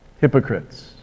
Hypocrites